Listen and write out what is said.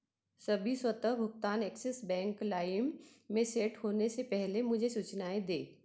सभी स्वतः भुगतान एक्सिस बैंक लाइम में सेट होने से पहले मुझे सूचनाएँ दें